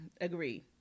Agree